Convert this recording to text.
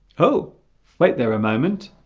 oh wait there a moment